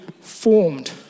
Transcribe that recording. formed